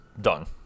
done